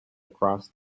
across